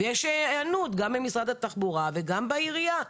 ויש היענות גם ממשרד התחבורה וגם בעירייה.